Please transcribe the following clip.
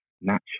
match